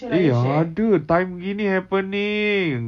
eh ada time gini happening